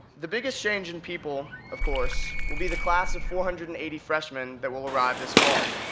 the biggest change in people, of course, will be the class of four hundred and eighty freshmen that will arrive this fall.